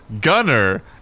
gunner